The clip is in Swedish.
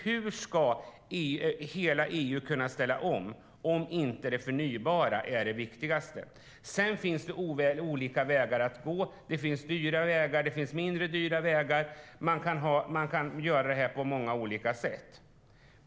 Hur ska hela EU kunna ställa om ifall inte det förnybara är det viktigaste? Sedan finns det olika vägar att gå. Det finns dyra vägar och mindre dyra vägar. Man kan göra detta på många olika sätt.